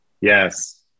Yes